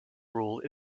rule